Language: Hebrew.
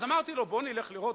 אז אמרתי לו: בוא נלך לראות,